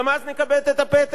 גם אז נכבד את הפתק?